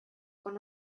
con